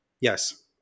yes